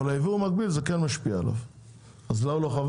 אבל על היבוא המקביל זה כן משפיע, אז לא חבל?